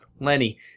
Lenny